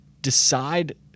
Decide